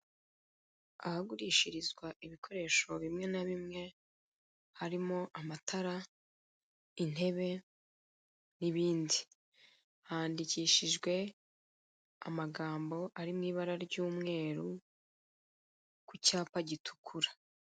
Ahagurishirizwa ibikoresho bimwe na bimwe harimo amatara, intebe n'ibindi, handikishijwe amagambo ari mu ibara ry'umweru ku cyapa gitukura.